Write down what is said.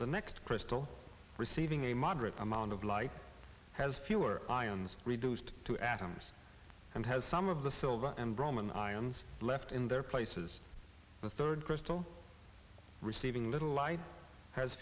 the next crystal receiving a moderate amount of light has fewer ions reduced to atoms and has some of the silver and brahman ions left in their places the third crystal receiving little light has